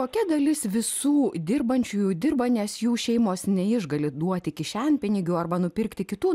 kokia dalis visų dirbančiųjų dirba nes jų šeimos neišgali duoti kišenpinigių arba nupirkti kitų